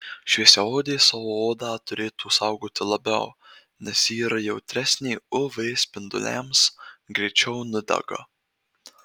šviesiaodės savo odą turėtų saugoti labiau nes ji yra jautresnė uv spinduliams greičiau nudega